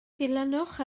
dilynwch